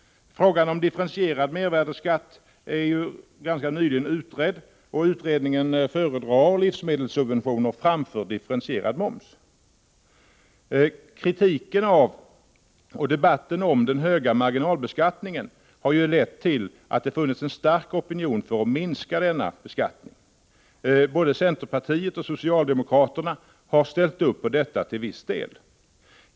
Frågan om differentierad mervärdeskatt är ju ganska nyligen utredd, och utredningen föredrar livsmedelssubventioner framför en differentierad moms. Kritiken av och debatten om den höga marginalbeskattningen har lett till att det funnits en stark opinion för att minska denna beskattning. Både centerpartiet och socialdemokraterna har ställt upp på detta till viss del.